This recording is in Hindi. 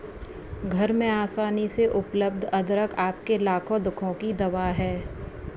घर में आसानी से उपलब्ध अदरक आपके लाखों दुखों की दवा है